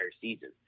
season